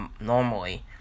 normally